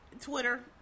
Twitter